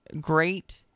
great